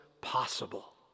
possible